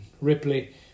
Ripley